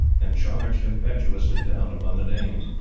and charged impetuously down upon the danes.